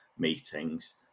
meetings